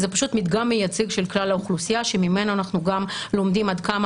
זה פשוט מדגם מייצג של כלל האוכלוסייה שממנו אנחנו גם לומדים עד כמה